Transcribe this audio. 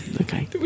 okay